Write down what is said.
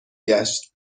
گشت